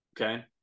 Okay